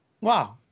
Wow